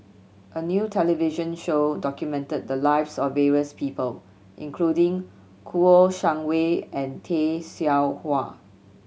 a new television show documented the lives of various people including Kouo Shang Wei and Tay Seow Huah